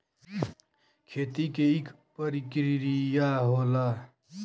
खेती के इक परिकिरिया होला